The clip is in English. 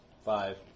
Five